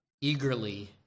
eagerly